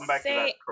say